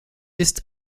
ist